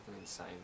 insane